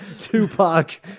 Tupac